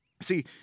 See